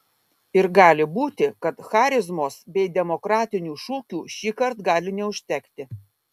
ir gali būti kad charizmos bei demokratinių šūkių šįkart gali neužtekti